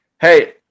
Hey